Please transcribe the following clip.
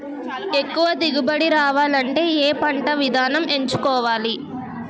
ఎక్కువ దిగుబడి రావాలంటే ఏ పంట విధానం ఎంచుకోవాలి?